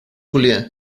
julia